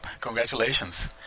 Congratulations